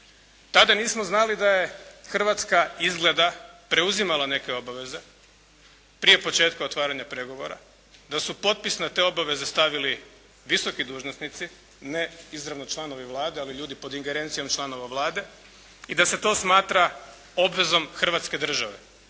Tada nismo znali da je Hrvatska izgleda preuzimala neke obaveze prije početka otvaranja pregovora, da su potpis na te obaveze stavili visoki dužnosnici, ne izravno članovi Vlade, ali ljudi pod ingerencijom članova Vlade i da se to smatra obvezom Hrvatske države.